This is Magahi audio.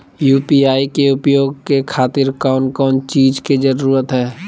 यू.पी.आई के उपयोग के खातिर कौन कौन चीज के जरूरत है?